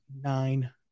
Nine